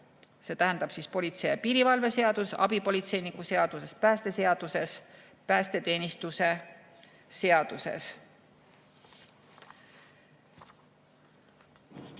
see tähendab siis politsei ja piirivalve seaduses, abipolitseiniku seaduses, päästeseaduses ja päästeteenistuse seaduses.